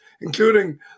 including